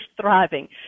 thriving